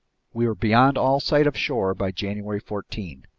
we were beyond all sight of shore by january fourteen.